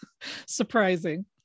surprising